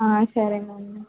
సరేనండీ